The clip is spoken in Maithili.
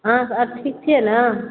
अहाँ सर ठीक छियै ने